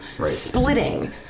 splitting